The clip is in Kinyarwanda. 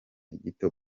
gito